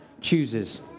chooses